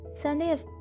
Sunday